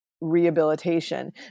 rehabilitation